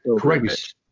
correct